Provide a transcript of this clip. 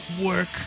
work